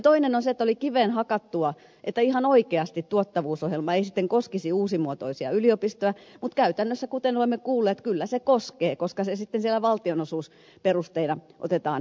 toinen oli se että oli kiveen hakattua että ihan oikeasti tuottavuusohjelma ei sitten koskisi uusimuotoisia yliopistoja mutta käytännössä kuten olemme kuulleet kyllä se koskee koska se sitten siellä valtionosuusperusteena otetaan huomioon